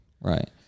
Right